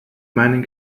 meinen